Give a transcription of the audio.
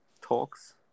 talks